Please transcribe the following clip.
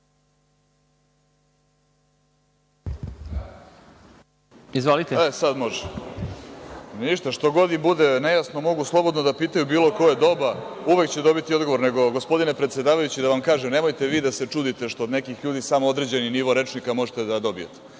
Orlić. **Vladimir Orlić** Što god im bude nejasno, mogu slobodno da pitaju u bilo koje doba, uvek će dobiti odgovor. Nego, gospodine predsedavajući, da vam kažem, nemojte vi da se čudite što od nekih ljudi samo određeni nivo rečnika možete da dobijete. Dakle,